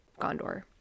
Gondor